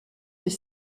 des